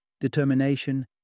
determination